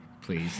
Please